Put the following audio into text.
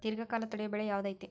ದೇರ್ಘಕಾಲ ತಡಿಯೋ ಬೆಳೆ ಯಾವ್ದು ಐತಿ?